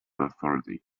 authority